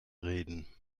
reden